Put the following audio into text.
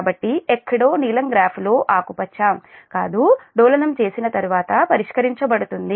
కాబట్టి ఎక్కడో నీలం గ్రాఫ్లో ఆకుపచ్చ కాదు డోలనం చేసిన తర్వాత పరిష్కరించబడుతుంది